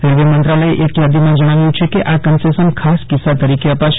railway મંત્રાલયે એક યાદીમાં જણાવ્યું છે કે આ કન્સેસન ખાસ કિસ્સા તરીકે અપાશે